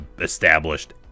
established